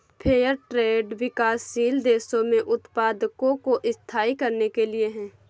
fair trade विकासशील देशों में उत्पादकों को स्थायी करने के लिए है